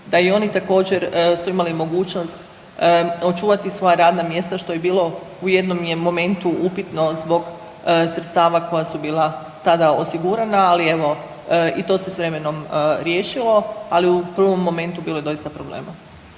da i oni su također imali mogućnost očuvati svoja radna mjesta što je bilo u jednom momentu upitno zbog sredstava koja su bila tada osigurana, ali evo i to se s vremenom riješilo, ali u prvom momentu bilo je doista problema.